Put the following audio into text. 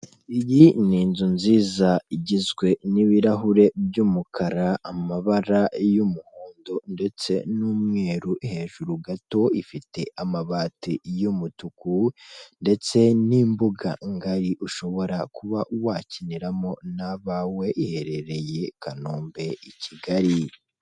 Iyi ni inzu nziza igizwe n'ibirahure by'umukara, amabara y'umuhondo ndetse n'umweru, hejuru gato ifite amabati y'umutuku ndetse n'imbuga ngari ushobora kuba wakiniramo n'abawe iherereye Kanombe i Kigali.